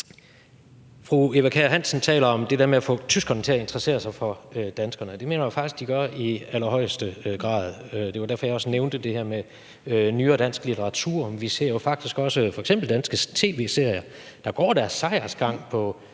fru Eva Kjer Hansen taler om det der med at få tyskerne til at interessere sig for danskerne. Det mener jeg jo faktisk de gør i allerhøjeste grad. Det var derfor, at jeg også nævnte det her med nyere dansk litteratur. Vi ser jo faktisk også, at der f.eks. er danske tv-serier, der går deres sejrsgang på